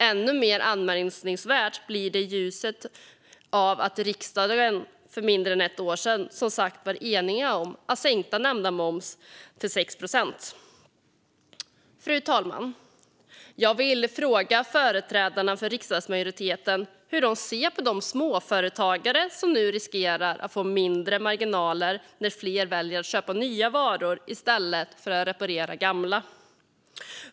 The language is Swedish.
Ännu mer anmärkningsvärt blir det i ljuset av att riksdagen för mindre än ett år sedan, som sagt, var enig om att sänka nämnda moms till 6 procent. Fru talman! Jag vill fråga företrädarna för riksdagsmajoriteten hur de ser på de småföretagare som nu riskerar att få mindre marginaler när fler väljer att köpa nya varor i stället för att reparera gamla.